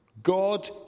God